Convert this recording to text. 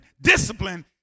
discipline